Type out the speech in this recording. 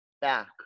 back